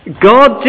God